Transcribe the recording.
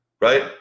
right